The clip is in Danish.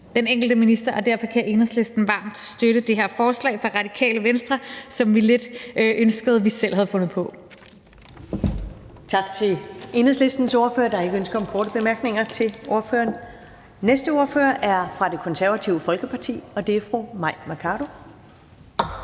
den enkelte minister, og derfor kan Enhedslisten varmt støtte det her forslag fra Radikale Venstre, som vi lidt ønskede vi selv havde fundet på. Kl. 10:26 Første næstformand (Karen Ellemann): Tak til Enhedslistens ordfører. Der er ikke ønske om korte bemærkninger til ordføreren. Den næste ordfører er fra Det Konservative Folkeparti, og det er fru Mai Mercado.